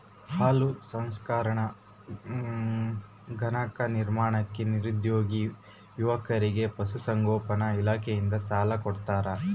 ಹಾಲು ಸಂಸ್ಕರಣಾ ಘಟಕ ನಿರ್ಮಾಣಕ್ಕೆ ನಿರುದ್ಯೋಗಿ ಯುವಕರಿಗೆ ಪಶುಸಂಗೋಪನಾ ಇಲಾಖೆಯಿಂದ ಸಾಲ ಕೊಡ್ತಾರ